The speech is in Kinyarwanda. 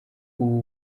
ubu